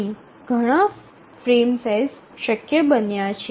અહીં ઘણા frame size શક્ય બન્યા છે